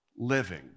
Living